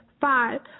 Five